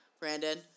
Brandon